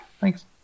Thanks